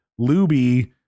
Luby